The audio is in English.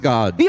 God